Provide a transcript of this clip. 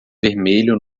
vermelho